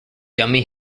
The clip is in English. dummy